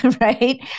right